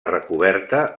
recoberta